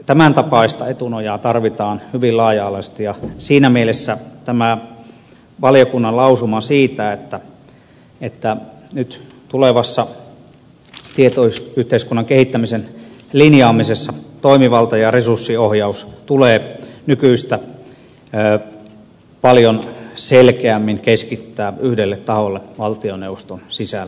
tämän tapaista etunojaa tarvitaan hyvin laaja alaisesti ja siinä mielessä tämä valiokunnan lausuma siitä että nyt tulevassa tietoyhteiskunnan kehittämisen linjaamisessa toimivalta ja resurssiohjaus tulee nykyistä paljon selkeämmin keskittää yhdelle taholle valtioneuvoston sisällä